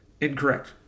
Incorrect